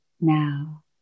now